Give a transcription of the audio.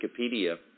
Wikipedia